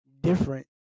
different